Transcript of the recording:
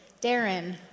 Darren